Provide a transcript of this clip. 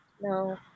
No